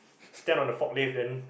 stand on the forklift then